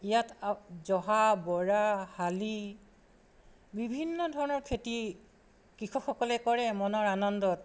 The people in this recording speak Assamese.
ইয়াত জহা বৰা শালি বিভিন্ন ধৰণৰ খেতি কৃষকসকলে কৰে মনৰ আনন্দত